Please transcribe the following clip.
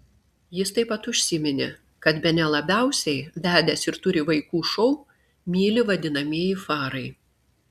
jis taip pat užsiminė kad bene labiausiai vedęs ir turi vaikų šou myli vadinamieji farai